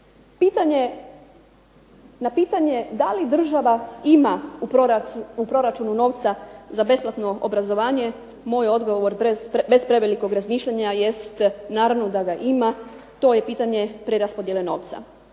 Kine. Na pitanje da li država ima u proračunu novca za besplatno obrazovanje moj odgovor bez prevelikog razmišljanja jest naravno da ga ima. To je pitanje preraspodjele novca.